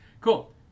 Cool